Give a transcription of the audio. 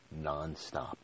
nonstop